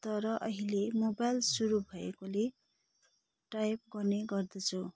तर अहिले मोबाइल सुरु भएकोले टाइप गर्ने गर्दछु